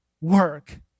work